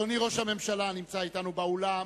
אדוני ראש הממשלה הנמצא אתנו באולם,